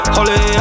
Holy